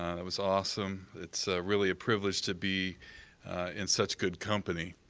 um that was awesome. it's really a privilege to be in such good company.